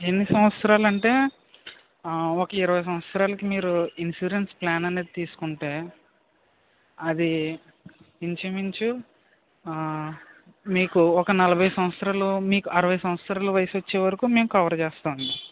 ఎన్ని సంవత్సరాలు అంటే ఒక ఇరవై సంవత్సరాలకి మీరు ఇన్సూరెన్స్ ప్లాన్ అనేది తీసుకుంటే అది ఇంచుమించు ఆ మీకు ఒక నలభై సంవత్సరాలు మీకు అరవై సంవత్సరాలు వయస్సు వచ్చేవరకు మేము కవర్ చేస్తాము